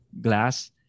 glass